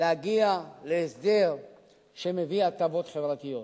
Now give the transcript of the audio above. להגיע להסדר שמביא הטבות חברתיות.